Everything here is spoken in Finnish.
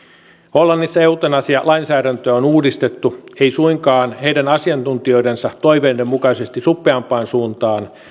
hollannissa eutanasialainsäädäntöä on uudistettu ei suinkaan heidän asiantuntijoidensa toiveiden mukaisesti suppeampaan suuntaan